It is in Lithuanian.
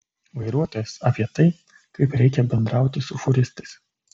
vairuotojas apie tai kaip reikia bendrauti su fūristais